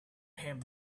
him